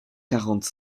quarante